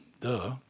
Duh